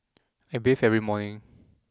I bathe every morning